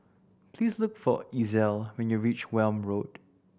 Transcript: please look for Ezell when you reach Welm Road